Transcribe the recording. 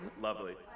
Lovely